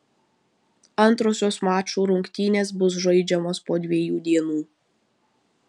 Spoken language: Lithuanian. antrosios mačų rungtynės bus žaidžiamos po dviejų dienų